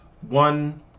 One